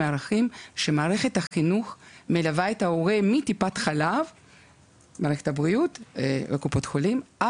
מערכת ההורים צריכה ללוות את ההורים מטיפת חלב בקופות החולים,